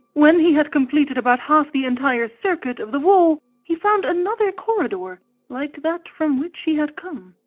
when he had completed about half the entire circuit of the wall he found another corridor like that from which he had come,